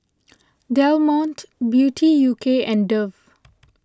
Del Monte Beauty U K and Dove